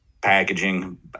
packaging